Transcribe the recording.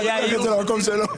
כל אחד לוקח את זה למקום שלו.